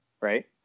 right